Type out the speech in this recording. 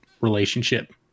relationship